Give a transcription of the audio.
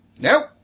Nope